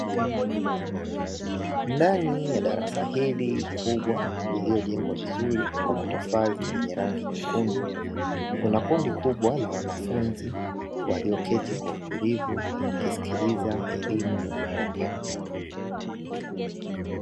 Ndani ya darasa hili kubwa lililojengewa vizuri kwa matofari ya rangi nyekundu. Kuna kundi kubwa la wanafunzi walioketi kwa utulivu wakisikiliza elimu wanayopewa.